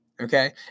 Okay